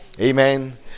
Amen